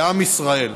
לעם ישראל,